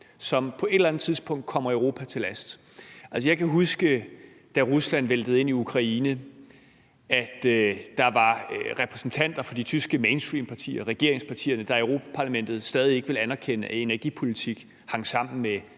som på et eller andet tidspunkt kommer til at ligge Europa til last. Altså, jeg kan huske, at da Rusland væltede ind i Ukraine, var der repræsentanter fra de tyske mainstreampartier, regeringspartierne, der i Europa-Parlamentet stadig ikke ville anerkende, at energipolitik hang sammen med